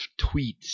tweets